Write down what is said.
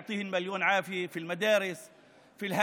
שאלוהים ייתן להן הרבה כוח ובריאות,